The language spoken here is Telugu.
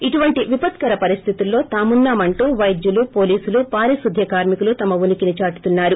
ఇటువంటి విపత్కర పరిస్లితుల్లో తామున్నా మంటూ వైద్యులు పోలీసులు పారిశుద్య కార్మికులు తమ ఉనికిని చాటుతున్నారు